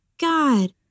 God